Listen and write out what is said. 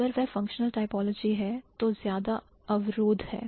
अगर वह functional typology है तो ज्यादा अवरोध है